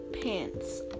pants